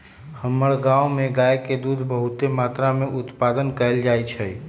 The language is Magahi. हमर गांव में गाय के दूध बहुते मत्रा में उत्पादन कएल जाइ छइ